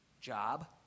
job